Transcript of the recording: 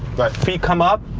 but feet come up,